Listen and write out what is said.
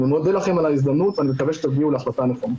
אני מודה לכם על ההזדמנות ואני מקווה שתגיעו להחלטה הנכונה.